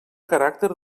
caràcter